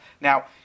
Now